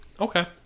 Okay